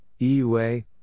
EUA